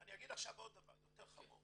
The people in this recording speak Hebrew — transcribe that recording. אני אגיד עכשיו עוד דבר, יותר חמור.